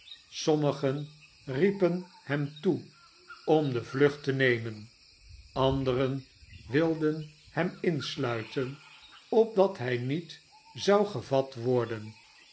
sommigen riepen hem toe om de vlucht te nemen anderen wilden hem insluiten opdat hij niet zou gevat worden